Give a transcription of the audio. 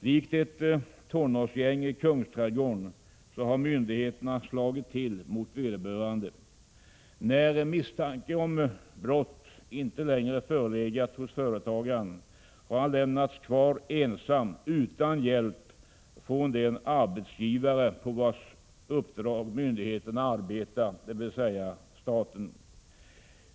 Likt ett tonårsgäng i Kungsträdgården har myndigheterna slagit till mot vederbörande. När misstanke om brott inte längre förelegat har företagaren lämnats ensam kvar, utan hjälp från den arbetsgivare på vars uppdrag myndigheterna arbetar, dvs. staten.